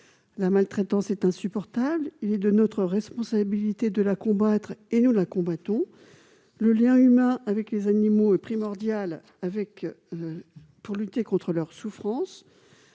La maltraitance est insupportable ; il est de notre responsabilité de la combattre et nous le faisons. Par ailleurs, le lien humain avec les animaux est primordial pour lutter contre leur souffrance